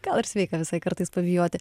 gal ir sveika visai kartais pabijoti